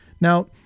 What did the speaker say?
Now